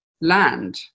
land